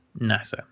NASA